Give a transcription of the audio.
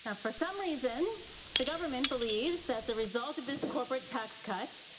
and for some reason the government believes that the result of this corporate tax cut